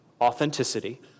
Authenticity